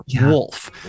Wolf